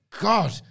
God